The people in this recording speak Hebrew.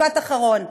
משפט אחרון.